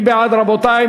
מי בעד, רבותי?